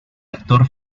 actor